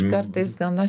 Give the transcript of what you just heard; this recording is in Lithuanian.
kartais gana